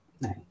nice